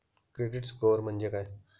Credit score म्हणजे काय?